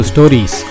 Stories